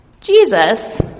Jesus